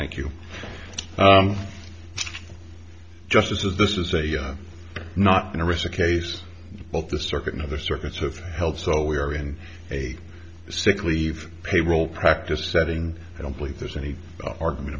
thank you justices this is a not in a recent case both the circuit and other circuits have held so we are in a sick leave payroll practice setting i don't believe there's any argument